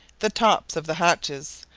the tops of the hatches,